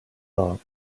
thought